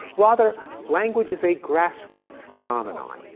rather, language is a grassroots phenomenon.